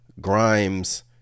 Grimes